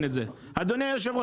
אדוני יושב הראש,